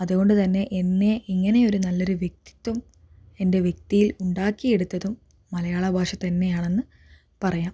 അതുകൊണ്ടുതന്നെ എന്നെ ഇങ്ങനെ ഒരു നല്ലൊരു വ്യക്തിത്വം എന്റെ വ്യക്തിയിൽ ഉണ്ടാക്കിയെടുത്തതും മലയാള ഭാഷ തന്നെയാണെന്ന് പറയാം